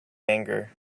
anger